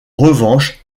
revanche